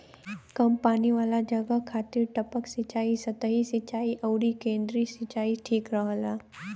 कम पानी वाला जगह खातिर टपक सिंचाई, सतही सिंचाई अउरी केंद्रीय सिंचाई ठीक रहेला